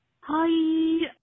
Hi